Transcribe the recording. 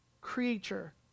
creature